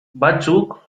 batzuk